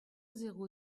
zéro